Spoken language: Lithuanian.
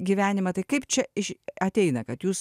gyvenimą tai kaip čia iš ateina kad jūs